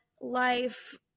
life